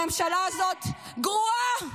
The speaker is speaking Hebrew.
הממשלה הזאת גרועה,